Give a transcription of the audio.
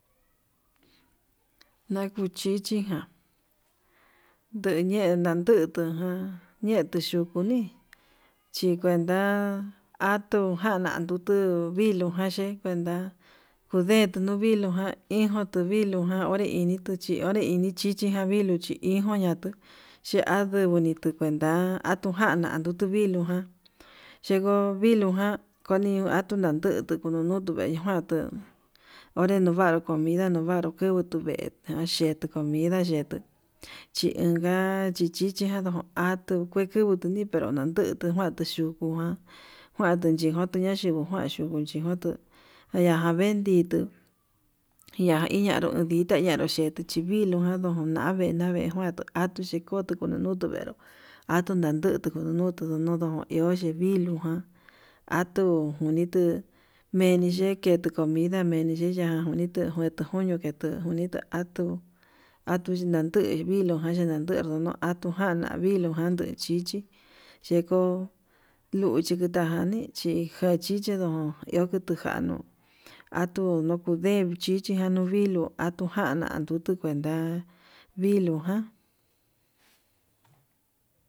Nakuchichiján nduñe ndandutu ján, ñetuyukuni chi kuanta atu janandutu ndu viluu já che kuenta ndutuu nduviluu ijo tuu viluu ján onre initu chí onre chí inichichi javii, luchi iin kuñatu chi andunguu niku tu kuenta'a atujan na atuu viluu ján, yenguo viluu ján kuni atuu nandutu konoño tuveña njuanduu onré nuvanrú comida nuu vanrú ndutu veján xhetp'o, comida yetuu chinga chichija ndo atuu kueku tutuni pero ndanduu nduxhutu tu kuandu ján kuandu yenguo tuu nachivo njuan yuu unchi nguotu jenaján bendito iña iñanro dittaño che'e nduchi viluu jan nduña vee, navejuan atuu xhikotu nduñalu atuveru atuu nandu tunu nonduu nodo ihó yeviluu jan atuu kunitu meni yee kete comida yeya onituu ngue ndutu koño ngute konito nda'a atuu ninande viluján ndander nunu atujan avii viluu jan nduchichi cheko'o luchi yita janii chi njachichi ndo iho kutuu januu, atuu nukude nuchichijan oviluu atujan nanduu tukuenta viluu ján.